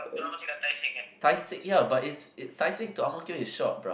Tai-Seng ya it's it's Tai-Seng to Ang-Mo-Kio is short bro